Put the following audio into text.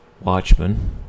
Watchmen